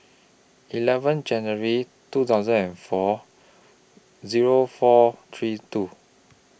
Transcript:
eleven January two thousand and four Zero four three two